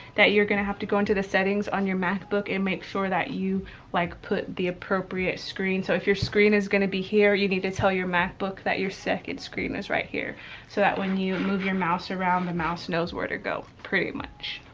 that you're gonna have to go into the settings on your macbook and make sure that you like put the appropriate screen. so if your screen is gonna be here, you need to tell your macbook that your second screen is right here so that when you move your mouse around, the mouse knows where to go pretty much.